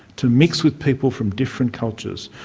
to mix with people from different cultures,